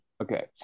Okay